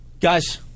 Guys